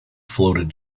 floated